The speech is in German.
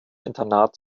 internat